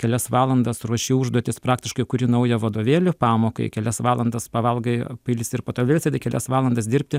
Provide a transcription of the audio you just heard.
kelias valandas ruoši užduotis praktiškai kuri naują vadovėlį pamokai kelias valandas pavalgai pailsi ir po to vėl sėdi kelias valandas dirbti